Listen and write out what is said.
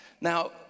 now